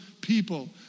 people